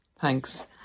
Thanks